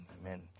Amen